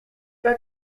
pas